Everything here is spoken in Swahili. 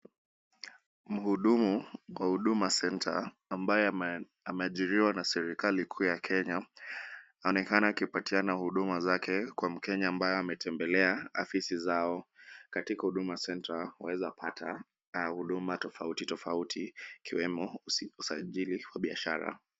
Mhudumu wa huduma centre ambaye ameajiriwa na serikali kuu ya Kenya aonekana akipatiana huduma zake kwa mkenye ambaye ametembelea afisi zao. Katika huduma centre wawezapata huduma tofauti tofauti ikiwemo usajili wa biashara.